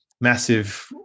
massive